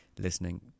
listening